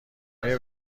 آیا